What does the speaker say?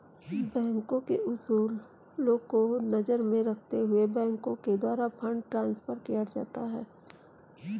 बैंकों के उसूलों को नजर में रखते हुए बैंकों के द्वारा फंड ट्रांस्फर किया जाता है